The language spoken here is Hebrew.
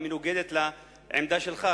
מנוגדת לעמדה שלך,